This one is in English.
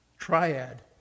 Triad